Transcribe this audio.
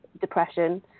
depression